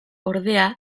ordea